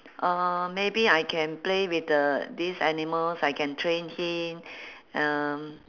uh maybe I can play with the these animals I can train him mm